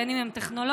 בין שהם טכנולוגיים,